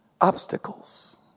obstacles